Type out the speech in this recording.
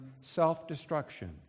self-destruction